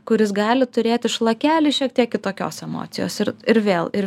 kuris gali turėti šlakelį šiek tiek kitokios emocijos ir ir vėl ir